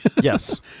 Yes